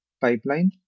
pipeline